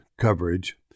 coverage